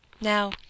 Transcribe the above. Now